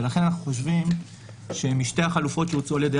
לכן אנו חושבים שמשתי החלופות שהוצעו על-ידי